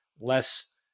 less